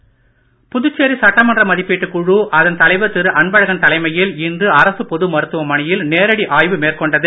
மதிப்பீட்டுக் குழு புதுச்சேரி சட்டமன்ற மதிப்பீட்டுக் குழு அதன் தலைவர் திரு அன்பழகன் தலைமையில் இன்று அரசு பொது மருத்துவமனையில் நேரடி ஆய்வு மேற்கொண்டது